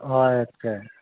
অঁ আচ্ছা